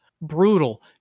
brutal